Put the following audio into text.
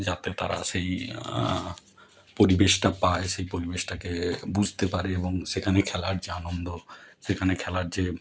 যাতে তারা সেই পরিবেশটা পায় সেই পরিবেশটাকে বুঝতে পারে এবং সেখানে খেলার যে আনন্দ সেখানে খেলার যে